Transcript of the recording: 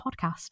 podcast